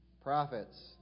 prophets